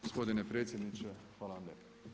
Gospodine predsjedniče, hvala vam lijepa.